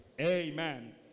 Amen